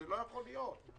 זה לא יכול להיות.